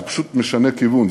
זה פשוט משנה כיוון,